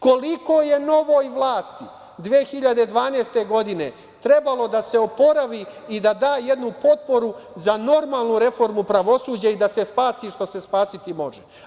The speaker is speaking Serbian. Koliko je novoj vlasti 2012. godine trebalo da se oporavi i da da jednu potporu za normalnu reformu pravosuđa i da se spasi što se spasiti može.